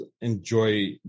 enjoy